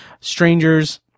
strangers